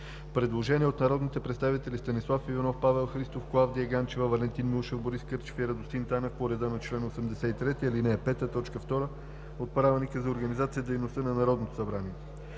Предложение от народните представители Станислав Иванов, Павел Христов, Клавдия Ганчева, Валентин Милушев, Борис Кърчев и Радостин Танев по реда на чл. 83, ал. 5, т. 2 от Правилника за организацията и дейността на Народното събрание.